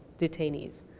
detainees